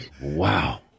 Wow